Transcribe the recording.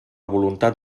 voluntat